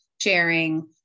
sharing